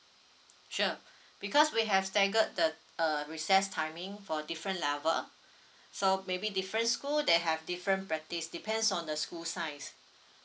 sure because we have staggered the uh recess timing for different level so maybe different school they have different practice depends on the school size